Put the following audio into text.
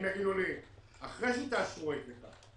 אם יגידו לי אחרי שתאשרו את זה כך,